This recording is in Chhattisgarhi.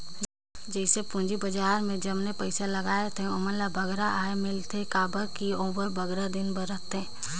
जइसे पूंजी बजार में जमने पइसा लगाथें ओमन ल बगरा आय मिलथे काबर कि ओहर बगरा दिन बर रहथे